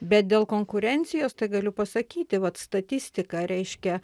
bet dėl konkurencijos tai galiu pasakyti vat statistika reiškia